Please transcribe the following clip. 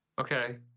Okay